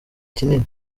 kinini